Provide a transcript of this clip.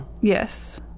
Yes